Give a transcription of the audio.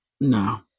No